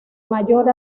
mayor